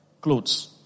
Clothes